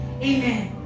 Amen